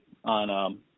On